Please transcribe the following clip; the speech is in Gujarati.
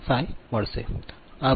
0805 મળશે